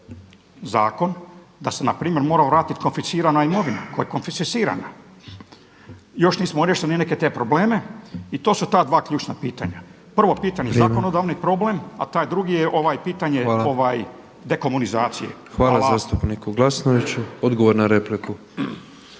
zakon da se npr. mora vratiti konfiscirana imovina, koja je konfiscirana. Još nismo riješili ni neke te probleme i to su ta dva ključna pitanja. Pravo pitanje zakonodavni problem, a taj drugi je ovaj pitanje dekomunizacije. Hvala. **Petrov, Božo (MOST)**